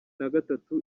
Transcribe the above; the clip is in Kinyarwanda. nagatatu